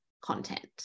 content